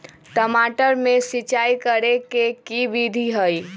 टमाटर में सिचाई करे के की विधि हई?